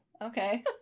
okay